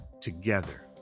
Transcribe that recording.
together